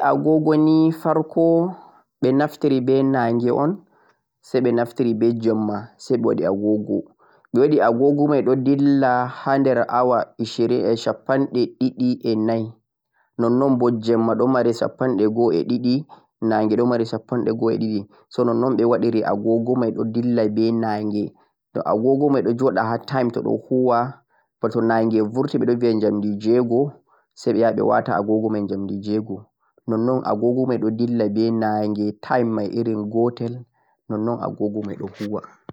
de woodi agogo nei farko be naftiri be naange o'n sai be naftiri be jimma sai boodi agogo be woodhi agogo don dilla hander hour ishirin e cappandi didi e nayi non-non mo jimma don mari cappande go'e didi naange don mari cappande go'e didi so non-non be woodi ri-agogo mei don dillai be naange toh agogo don jooda haa time don huuwa bootu naange burta jamdi joe-go'o sai be yaaha be waata agogo mei jamdi joe-go'o non-non agogo mei don dilla be naange time mei irin gotel non-non agogo mei don huuwa